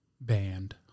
band